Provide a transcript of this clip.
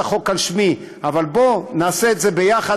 החוק על שמי אבל בואו נעשה את זה ביחד.